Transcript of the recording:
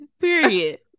period